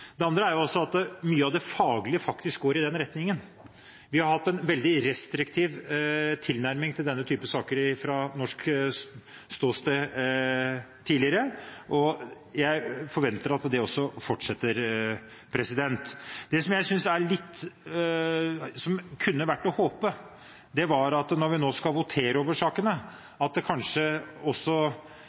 retningen. Vi har hatt en veldig restriktiv tilnærming til denne type saker fra norsk side tidligere, og jeg forventer at det også fortsetter. Det som kunne vært å håpe, var at når vi nå skal votere over sakene, kunne et samlet storting stille seg bak at det